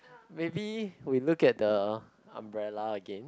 maybe will look at the umbrella again